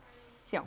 siao